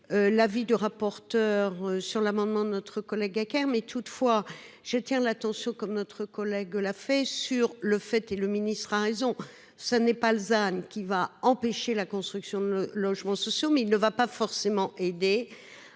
L'avis du rapporteur sur l'amendement notre collègue hackers mais toutefois je tiens la tension comme notre collègue l'a fait sur le fait et le ministre a raison, ça n'est pas Lausanne qui va empêcher la construction de logements sociaux mais il ne va pas forcément aidé